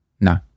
No